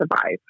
survive